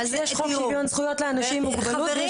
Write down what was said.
יש חוק שוויון זכויות לאנשים עם מוגבלות,